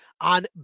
on